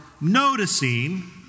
noticing